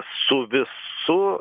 su visu